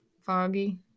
foggy